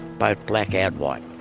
both black and white.